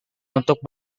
untuk